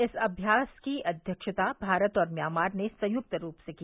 इस अभ्यास की अध्यक्षता भारत और म्यांमार ने संयुक्त रूप से की